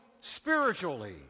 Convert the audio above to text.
spiritually